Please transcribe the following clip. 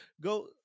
Go